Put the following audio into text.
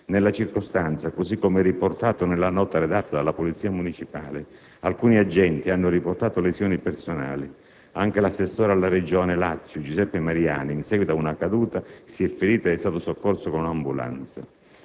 Nella circostanza, così come riportato nella nota redatta dalla Polizia municipale, alcuni agenti hanno riportato lesioni personali; anche l'assessore alla Regione Lazio Giuseppe Mariani, in seguito ad una caduta, si è ferito ed è stato soccorso con un'ambulanza.